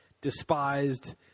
despised